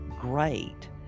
great